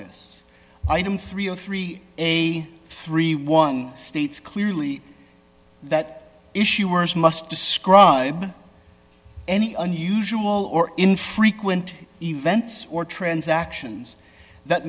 this item three of three a thirty one states clearly that issuers must describe any unusual or infrequent events or transactions that